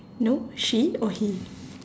no she or he